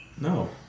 No